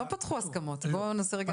הם לא פתחו הסכמות, בוא נעשה רגע.